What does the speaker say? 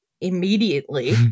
immediately